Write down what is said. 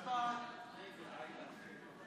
הצעת ועדת הכספים בדבר צו הבלו על דלק (הטלת בלו) (תיקון מס' 3),